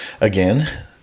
again